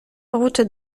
route